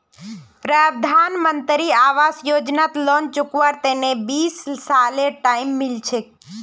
प्रधानमंत्री आवास योजनात लोन चुकव्वार तने बीस सालेर टाइम मिल छेक